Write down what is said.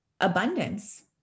abundance